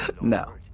no